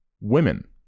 Women